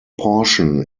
portion